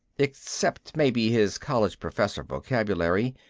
except maybe his college-professor vocabulary.